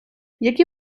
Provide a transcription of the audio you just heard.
які